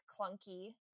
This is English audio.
clunky